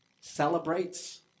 celebrates